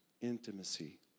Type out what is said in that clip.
intimacy